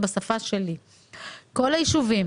יכולנו לפתור את זה היום,